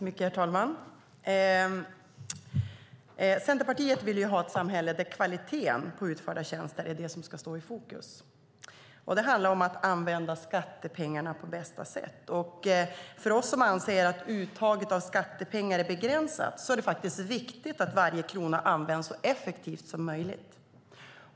Herr talman! Centerpartiet vill ha ett samhälle där kvaliteten på utförda tjänster ska stå i fokus. Det handlar om att använda skattepengarna på bästa sätt. För oss som anser att uttaget av skattepengar är begränsat är det viktigt att varje krona används så effektivt som möjligt.